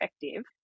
effective